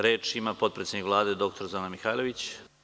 Reč ima potpredsednik Vlad, dr Zorana Mihajlović.